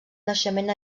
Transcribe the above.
naixement